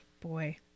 Boy